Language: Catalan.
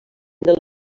del